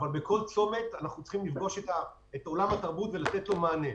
אבל בכל צומת אנחנו צריכים לפגוש את עולם התרבות ולתת לו מענה.